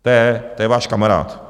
To je váš kamarád!